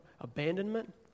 abandonment